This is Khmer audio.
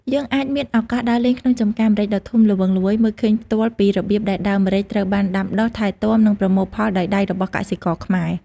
យើងអាចមានឱកាសដើរលេងក្នុងចម្ការម្រេចដ៏ធំល្វឹងល្វើយ មើលឃើញផ្ទាល់ពីរបៀបដែលដើមម្រេចត្រូវបានដាំដុះ ថែទាំ និងប្រមូលផលដោយដៃរបស់កសិករខ្មែរ ។